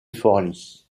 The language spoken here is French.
forlì